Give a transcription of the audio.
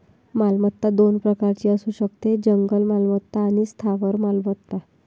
मालमत्ता दोन प्रकारची असू शकते, जंगम मालमत्ता आणि स्थावर मालमत्ता